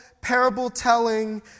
parable-telling